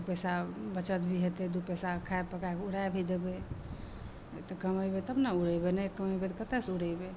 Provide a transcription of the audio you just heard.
दू पैसा बचत भी हेतै दू पैसाके खाय पकायके उड़ाय भी देबै तऽ कमेबै तब ने उड़ेबै नहि कमेबै तऽ कतऽ सऽ उड़ेबै